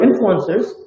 influencers